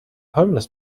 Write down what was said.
homeless